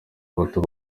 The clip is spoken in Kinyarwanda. bato